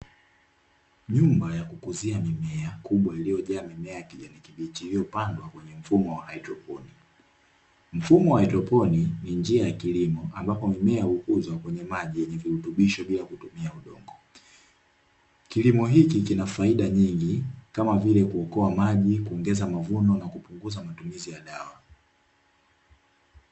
Nyumba ya kukuzia mimea, kubwa iliyojaa mimea ya kijani kibichi iliyopandwa kwenye mfumo wa haidroponi. Mfumo wa haidroponi ni njia ya kilimo ambapo mimea hukuzwa kwenye maji yenye virutubisho bila kutumia udongo. Kilimo hiki kina faida nyingi kama vile kuokoa maji, kuongeza mavuno na kupunguza matumizi ya dawa.